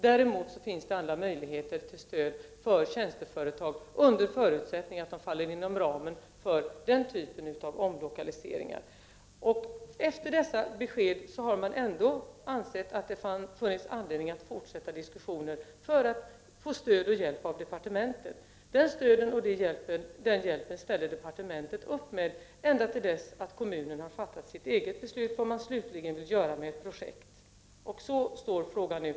Däremot finns det andra möjligheter till stöd för tjänsteföretag, under förutsättning att de faller inom ramen för den typen av omlokaliseringar. Efter dessa besked har man ändå ansett att det funnits anledning att fortsätta diskussionen för att få stöd och hjälp av departementet. Det stödet och den hjälpen ställer departementet upp med tills dess att kommunen har fattat sitt eget beslut om vad man slutligen vill göra med projektet. Så står frågan nu.